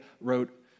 wrote